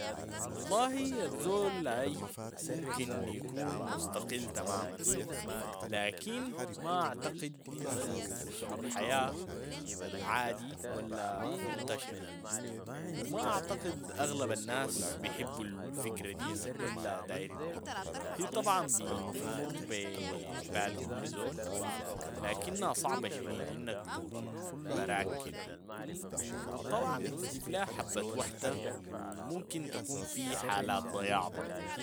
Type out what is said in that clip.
والله الزول اي ممكن يكون مستقل تماما، لكن ما اعتقد انو اسلوب حياة عادي ولا منتشر و ما اعتقد اغلب الناس بيحبوا الفكرة دي ولا دايرنها، هي طبعا بيتمر بي ببال كل زول، لكنها صعبة شديد انك تكون براك كده و طبعا بتجيب لها حبة وحدة و ممكن تكون في حالات ضياع برضو.